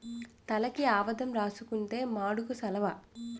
తలకి ఆవదం రాసుకుంతే మాడుకు సలవ